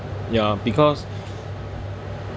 ya because